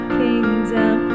kingdom